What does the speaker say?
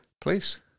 Please